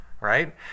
right